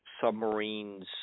submarines